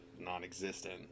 non-existent